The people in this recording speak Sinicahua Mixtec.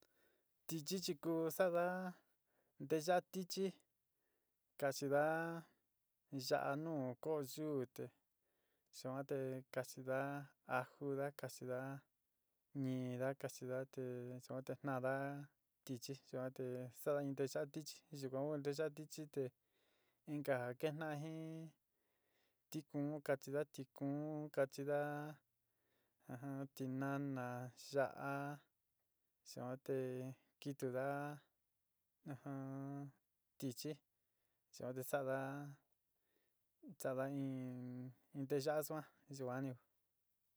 Tichɨ chi ku sa'ada nteyaá tichɨ, kaxidá yaá nu koyú te yuan te kaxida ajudaá kaxida niída kaxidaá te yuan te taánda tichɨ yuan te sa'ada in ntuchá tichɨ yuka ku in ntucha tichɨ te inka ja ketjná jin tikuún kachiida tikuún kachida ajamm tinana ya'a yuan te kitudaa ujumm tichɨ te sa'ada sa'ada in in teya'a suan yuan ni.